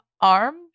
arm